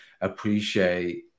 appreciate